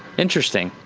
interesting.